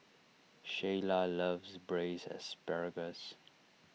Sheyla loves Braised Asparagus